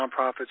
nonprofits